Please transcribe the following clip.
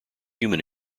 human